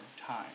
time